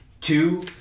Two